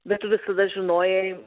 bet tu visada žinojai